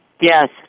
Yes